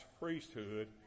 priesthood